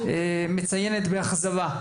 מציינת באכזבה,